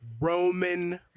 roman